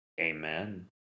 Amen